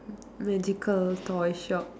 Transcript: magical toy shop